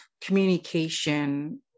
communication